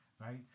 right